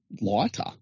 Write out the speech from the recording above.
lighter